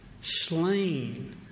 slain